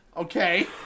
Okay